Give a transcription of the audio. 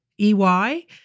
EY